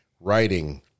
writing